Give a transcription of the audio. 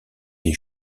des